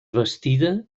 bastida